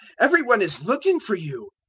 every one is looking for you.